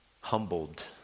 humbled